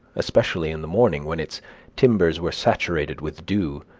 especially in the morning, when its timbers were saturated with dew,